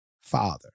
Father